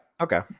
Okay